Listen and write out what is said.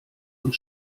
und